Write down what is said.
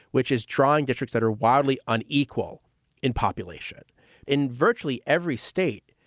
which is drawing districts that are wildly unequal in population in virtually every state.